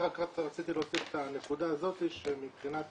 רק רציתי להוסיף את הנקודה הזאת מבחינת